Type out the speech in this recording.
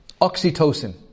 oxytocin